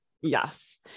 Yes